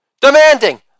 Demanding